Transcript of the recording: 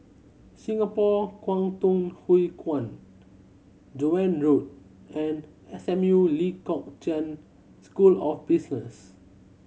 Singapore Kwangtung Hui Kuan Joan Road and S M U Lee Kong Chian School of Business